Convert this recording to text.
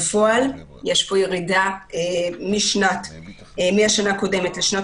בפועל יש ירידה משמעותית מהשנה הקודמת לשנת